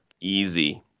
easy